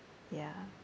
ya